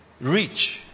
reach